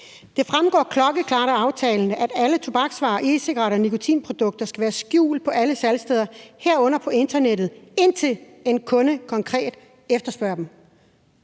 Det fremgår klokkeklart af aftalen, at alle tobaksvarer, e-cigaretter og nikotinprodukter skal være skjult på alle salgssteder, herunder på internettet, indtil en kunde konkret efterspørger dem.